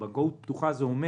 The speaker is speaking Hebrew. זה אומר